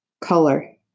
Color